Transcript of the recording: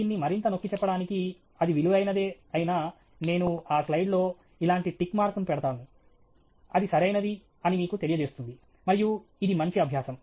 దీన్ని మరింత నొక్కిచెప్పడానికి అది విలువైనదే అయినా నేను ఆ స్లైడ్లో ఇలాంటి టిక్ మార్క్ను పెడతాను అది సరైనది అని మీకు తెలియజేస్తుంది మరియు ఇది మంచి అభ్యాసం